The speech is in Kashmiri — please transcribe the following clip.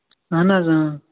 اَہَن حظ